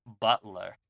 Butler